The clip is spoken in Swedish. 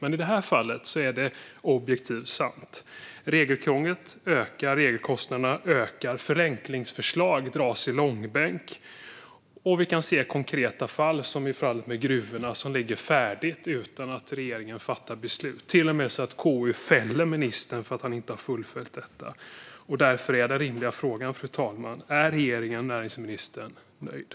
Men i det här fallet är det objektivt sant. Regelkrånglet ökar, regelkostnaderna ökar och förenklingsförslag dras i långbänk. Vi kan se konkreta fall som i fallet med gruvorna där förslagen ligger färdiga utan att regeringen fattar beslut. Det är till och med så att KU fäller ministern för att han inte har fullföljt detta. Fru talman! Därför är den rimliga frågan: Är regeringen och näringsministern nöjda?